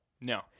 No